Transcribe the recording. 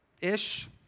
ish